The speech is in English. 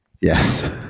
Yes